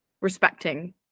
respecting